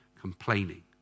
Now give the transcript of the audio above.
complaining